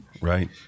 Right